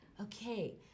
Okay